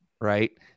right